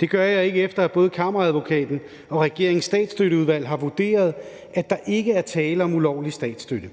Det gør jeg ikke, efter at både Kammeradvokaten og regeringens statsstøtteudvalg har vurderet, at der ikke er tale om ulovlig statsstøtte,